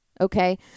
okay